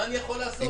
מה אני יכול לעשות?